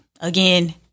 Again